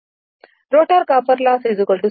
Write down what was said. rotor copper loss slip PG